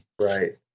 Right